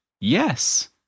yes